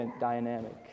dynamic